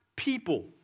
people